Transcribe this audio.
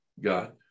God